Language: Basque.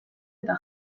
eta